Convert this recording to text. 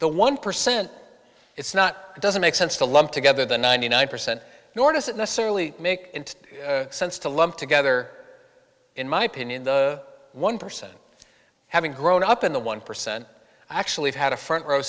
the one percent it's not doesn't make sense to lump together the ninety nine percent nor does it necessarily make sense to lump together in my opinion the one percent having grown up in the one percent actually had a front row